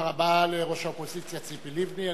תודה רבה ליושבת-ראש האופוזיציה ציפי לבני.